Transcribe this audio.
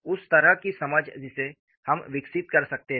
उस तरह की समझ जिसे हम विकसित कर सकते हैं